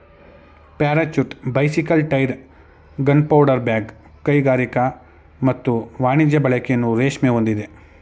parachute bicycle tyre gunpowder bag ಕೈಗಾರಿಕಾ ಮತ್ತು ವಾಣಿಜ್ಯ ಬಳಕೆಯನ್ನು ರೇಷ್ಮೆ ಹೊಂದಿದೆ